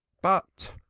but,